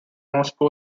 moscow